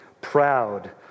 proud